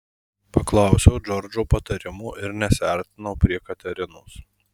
paklausiau džordžo patarimo ir nesiartinau prie katerinos